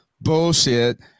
Bullshit